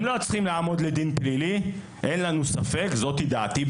הם לא צריכים לעמוד לדין פלילי; אין לנו ספק זוהי דעתי,